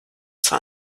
zur